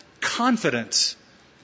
confidence